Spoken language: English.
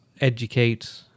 educate